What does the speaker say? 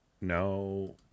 No